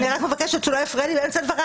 אני רק מבקשת שהוא לא יפריע לי באמצע דבריי.